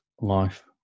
life